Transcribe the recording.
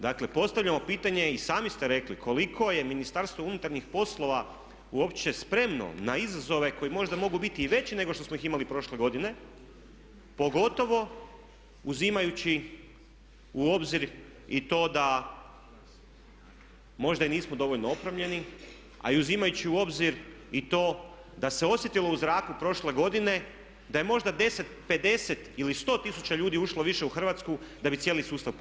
Dakle postavljamo pitanje, i sami ste rekli koliko je Ministarstvo unutarnjih poslova uopće spremno na izazove koji možda mogu biti i veći nego što smo ih imali prošle godine pogotovo uzimajući u obzir i to da možda i nismo dovoljno opremljeni a i uzimajući u obzir i to da se osjetilo u zraku prošle godine da je možda 10, 50 ili 100 tisuća ljudi ušlo više u Hrvatsku da bi cijeli sustav pukao.